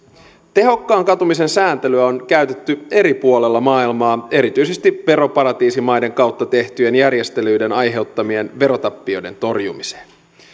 tehokkaan katumisen sääntelyä on käytetty eri puolilla maailmaa erityisesti veroparatiisimaiden kautta tehtyjen järjestelyiden aiheuttamien verotappioiden torjumiseen